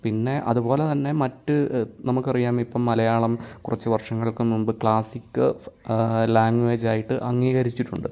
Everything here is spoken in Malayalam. പിന്നെ അതുപോലെ തന്നെ മറ്റ് നമുക്കറിയാം ഇപ്പം മലയാളം കുറച്ചു വർഷങ്ങൾക്കു മുൻപ് ക്ലാസിക് ലാംഗ്വേജായിട്ട് അംഗീകരിച്ചിട്ടുണ്ട്